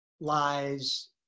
lies